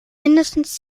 mindestens